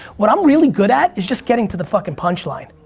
what i'm really good at is just getting to the fuckin' punchline.